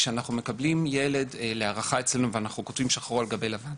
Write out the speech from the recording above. כשאנחנו מקבלים ילד להערכה אצלנו ואנחנו כותבים הכול שחור על גבי לבן,